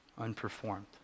unperformed